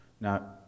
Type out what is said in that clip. Now